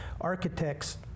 architects